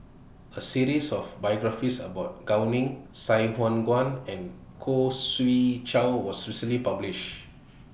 A series of biographies about Gao Ning Sai Hua Kuan and Khoo Swee Chiow was recently published